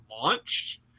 launched